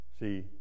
See